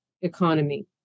economy